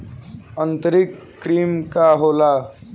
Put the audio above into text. आंतरिक कृमि का होला?